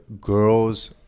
girls